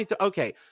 Okay